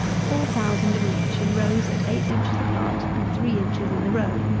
four thousand of each in rows at eight inches apart and three inches in the row.